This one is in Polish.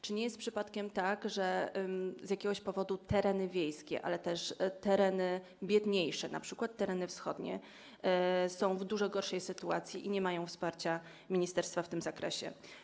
Czy nie jest przypadkiem tak, że z jakiegoś powodu tereny wiejskie, ale też tereny biedniejsze, np. tereny wschodnie, są w dużo gorszej sytuacji i nie mają wsparcia ministerstwa w tym zakresie?